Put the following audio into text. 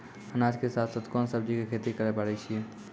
अनाज के साथ साथ कोंन सब्जी के खेती करे पारे छियै?